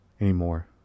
anymore